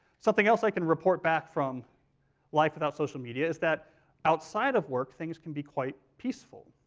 something else i can report back from life without social media is that outside of work, things can be quite peaceful.